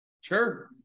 Sure